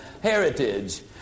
heritage